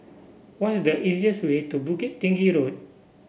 what is the easiest way to Bukit Tinggi Road